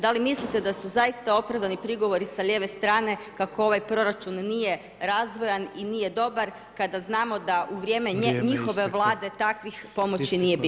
Da li mislite da su zaista opravdani prigovori sa lijeve strane kako ovaj proračun nije razvojan i nije dobar, kada znamo da u vrijeme [[Upadica: Vrijeme je isteklo]] njihove Vlade takvih pomoći nije bilo.